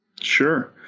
Sure